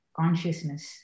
consciousness